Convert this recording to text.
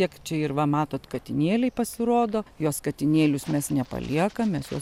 kiek čia ir va matot katinėliai pasirodo juos katinėlius mes nepaliekam mes juos